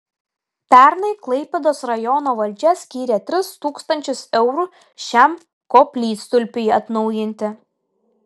pernai klaipėdos rajono valdžia skyrė tris tūkstančius eurų šiam koplytstulpiui atnaujinti